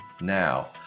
now